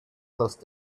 close